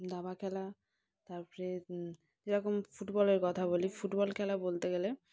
দাবা খেলা তারপরে যেরকম ফুটবলের কথা বলি ফুটবল খেলা বলতে গেলে